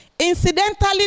Incidentally